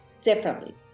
differently